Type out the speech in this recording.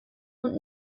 und